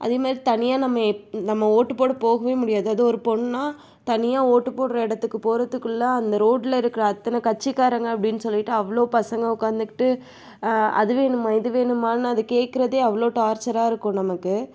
அதேமாதிரி தனியாக நம்ம எ நம்ம ஓட்டுப் போட போகவே முடியாது அதுவும் ஒரு பொண்ணாக தனியாக ஓட்டுப் போடுற இடத்துக்கு போகிறதுக்குள்ள அந்த ரோடில் இருக்கிற அத்தனை கட்சிக்காரங்க அப்படின்னு சொல்லிட்டு அவ்வளோ பசங்க உட்காந்துக்கிட்டு அது வேணுமா இது வேணுமானு அது கேட்குறதே அவ்வளோ டார்ச்சராக இருக்கும் நமக்கு